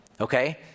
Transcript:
Okay